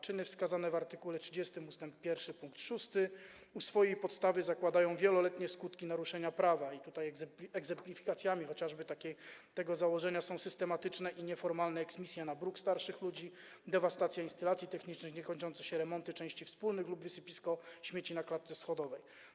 Czyny wskazane w art. 30 ust. 1 pkt 6 u swojej podstawy zakładają wieloletnie skutki naruszenia prawa i tutaj egzemplifikacjami chociażby tego założenia są systematyczne i nieformalne eksmisje na bruk starszych ludzi, dewastacja instalacji technicznych, niekończące się remonty części wspólnych lub wysypisko śmieci na klatce schodowej.